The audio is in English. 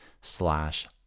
slash